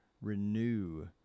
Renew